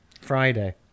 Friday